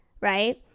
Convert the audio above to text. Right